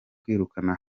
kwirukana